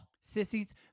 Sissies